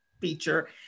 feature